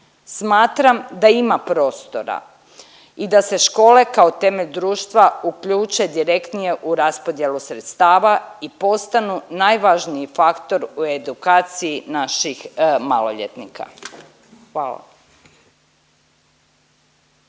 Smatram da ima prostora i da se škole kao temelj društva uključe direktnije u raspodjeli sredstava i postanu najvažniji faktor u edukaciji naših maloljetnika, hvala.